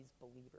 believers